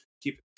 keep